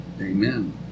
Amen